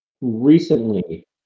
recently